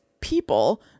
people